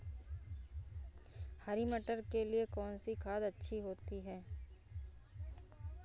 हरी मटर के लिए कौन सी खाद अच्छी होती है?